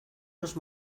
los